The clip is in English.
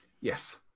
Yes